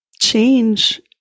change